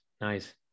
Nice